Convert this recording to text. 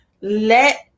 let